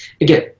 again